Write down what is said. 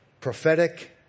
prophetic